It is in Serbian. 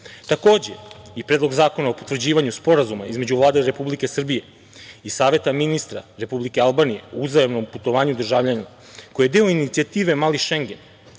i Predlog zakona o potvrđivanju sporazuma između Vlade Republike Srbije i Saveta ministara Republike Albanije o uzajamnom putovanju državljana, koji je deo inicijative „Mali Šengen“,